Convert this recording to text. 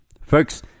Folks